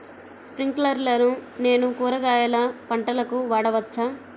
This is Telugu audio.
స్ప్రింక్లర్లను నేను కూరగాయల పంటలకు వాడవచ్చా?